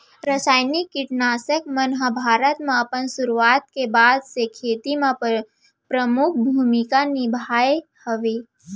रासायनिक किट नाशक मन हा भारत मा अपन सुरुवात के बाद से खेती मा परमुख भूमिका निभाए हवे